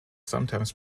sometimes